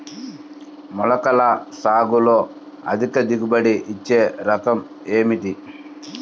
మొలకల సాగులో అధిక దిగుబడి ఇచ్చే రకం ఏది?